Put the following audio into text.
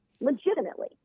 legitimately